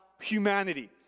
humanity